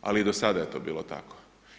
ali i do sada je to bilo tako.